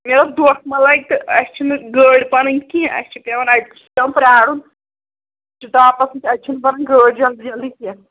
مےٚ دوٚپ دوکھٕ ما لَگہِ تہٕ اسہِ چھَنہٕ گٲڈۍ پَنٕنۍ کیٚنٛہہ اسہِ چھُ پیوان أکِس تام پرٛارُن تاپَس منٛز اتہِ چھَنہٕ بَنان گٲڑۍ جَلدی جَلدی کیٚنٛہہ